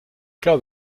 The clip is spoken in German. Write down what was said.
glaube